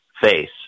face